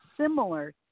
similar